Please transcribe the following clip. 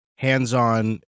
hands-on